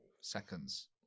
seconds